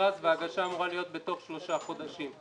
מכרז וההגשה אמורה להיות בתוך שלושה חודשים.